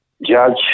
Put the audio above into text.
judge